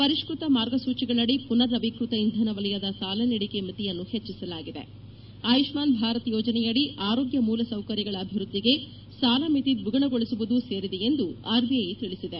ಪರಿಷ್ಕ ತ ಮಾರ್ಗಸೂಚಿಗಳದಿ ಪುನರ್ನವೀಕೃತ ಇಂಧನ ವಲಯದ ಸಾಲ ನೀಡಿಕೆ ಮಿತಿಯನ್ನು ಹೆಚ್ಚಿಸಲಾಗಿದೆ ಆಯುಷ್ಟಾನ್ ಭಾರತ ಯೋಜನೆಯಡಿ ಆರೋಗ್ಯ ಮೂಲಸೌಕರ್ಯಗಳ ಅಭಿವ್ವದ್ದಿಗೆ ಸಾಲ ಮಿತಿ ದ್ವಿಗುಣಗೊಳಿಸುವುದೂ ಸೇರಿದೆ ಎಂದು ಆರ್ಬಿಐ ತಿಳಿಸಿದೆ